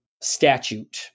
statute